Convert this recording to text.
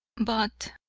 but,